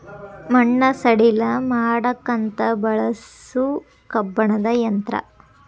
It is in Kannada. ಮಣ್ಣ ಸಡಿಲ ಮಾಡಾಕಂತ ಬಳಸು ಕಬ್ಬಣದ ಯಂತ್ರಾ